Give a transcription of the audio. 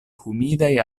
humidaj